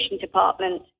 Department